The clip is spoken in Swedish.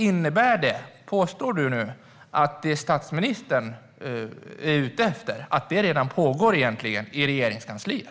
Påstår Helene Petersson att det statsministern är ute efter redan pågår i Regeringskansliet?